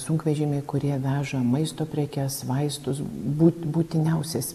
sunkvežimiai kurie veža maisto prekes vaistus būti būtiniausias